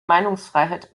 meinungsfreiheit